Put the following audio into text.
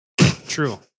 True